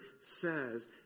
says